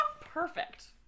perfect